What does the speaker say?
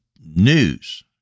news